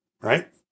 right